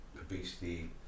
obesity